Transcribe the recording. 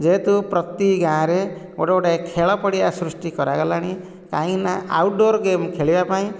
ଯେହେତୁ ପ୍ରତି ଗାଁ ରେ ଗୋଟିଏ ଗୋଟିଏ ଖେଳ ପଡ଼ିଆ ସୃଷ୍ଟି କରା ଗଲାଣି କାହିଁକିନା ଆଉଟ ଡୋର ଗେମ ଖେଳିବା ପାଇଁ